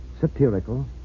satirical